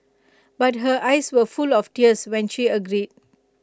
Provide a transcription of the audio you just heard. but her eyes were full of tears when she agreed